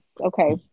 okay